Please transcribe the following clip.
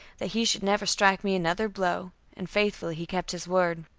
that he should never strike me another blow and faithfully he kept his word.